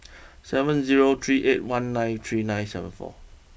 seven zero three eight one nine three nine seven four